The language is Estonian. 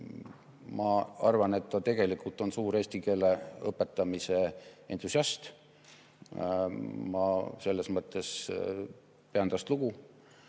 Ma arvan, et ta tegelikult on suur eesti keele õpetamise entusiast, ja selles mõttes ma pean tast lugu.